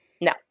No